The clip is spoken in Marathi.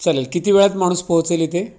चालेल किती वेळात माणूस पोहोचेल इथे